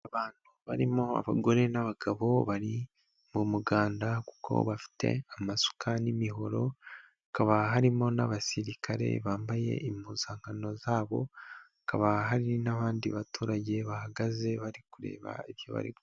Abantu barimo abagore n'abagabo bari mu muganda kuko bafite amasukari n'imihoro, hakaba harimo n'abasirikare bambaye impuzankano zabo, hakaba hari n'abandi baturage bahagaze bari kureba ibyo barimo.